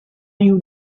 you